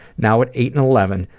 now at eight and eleven,